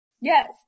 Yes